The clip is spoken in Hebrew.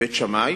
בית שמאי